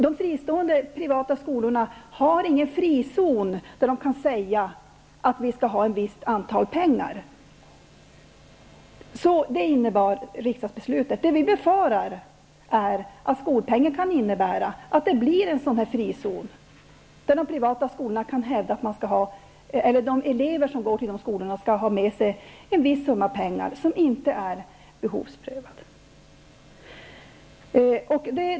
De fristående privata skolorna har ingen frizon som gör det möjligt för dem att säga att de skall ha ett visst antal pengar. -- Det innebar riksdagsbeslutet. Vi befarar att skolpengen kan innebära att det blir en sådan frizon, där de privata skolorna kan hävda att de elever som väljer dem skall ha med sig en viss summa pengar som inte är behovsprövad.